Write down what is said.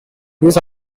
these